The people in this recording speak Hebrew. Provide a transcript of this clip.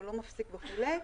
הוא לא מפסיק וכולי,